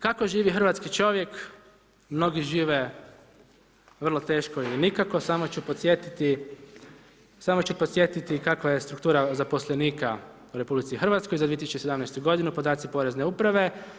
Kako živi hrvatski čovjek, mnogi žive vrlo teško ili nikako, samo ću podsjetiti kakva je struktura zaposlenika u RH za 2017. godinu podaci porezne uprave.